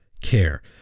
care